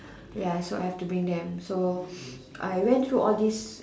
ya so I have to bring them so I went through all this